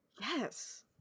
Yes